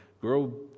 grow